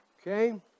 Okay